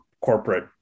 corporate